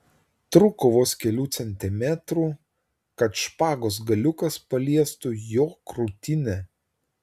trūko vos kelių centimetrų kad špagos galiukas paliestų jo krūtinę